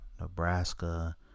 Nebraska